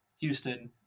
Houston